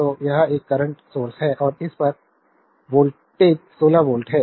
तो यह एक करंट सोर्स है और इस पर वोल्टेज 16 वोल्ट है